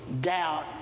doubt